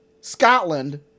Scotland